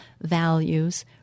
values